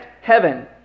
heaven